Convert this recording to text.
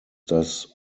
das